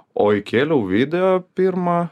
o įkėliau video pirmą